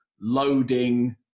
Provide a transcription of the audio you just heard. loading